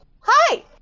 Hi